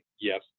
yes